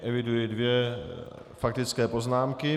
Eviduji dvě faktické poznámky.